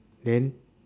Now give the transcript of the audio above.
then